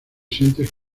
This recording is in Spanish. sientes